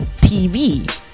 TV